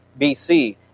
BC